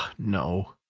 no!